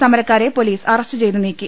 സമരക്കാരെ police അറസ്റ്റുചെയ്തു നീക്കി